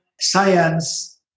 science